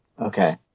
Okay